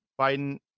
Biden